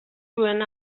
zuen